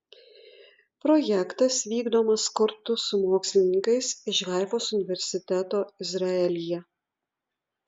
projektas vykdomas kartu su mokslininkais iš haifos universiteto izraelyje